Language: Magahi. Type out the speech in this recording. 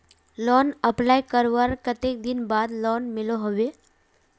लोन अप्लाई करवार कते दिन बाद लोन मिलोहो होबे?